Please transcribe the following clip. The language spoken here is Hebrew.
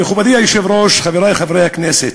מכובדי היושב-ראש, חברי חברי הכנסת,